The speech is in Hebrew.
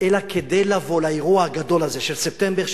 אלא כדי לבוא לאירוע הגדול הזה של ספטמבר,